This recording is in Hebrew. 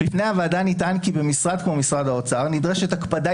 בפני הוועדה נטען כי במשרד כמו משרד האוצר נדרשת הקפדה